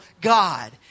God